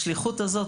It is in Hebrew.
השליחות הזאת,